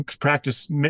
practice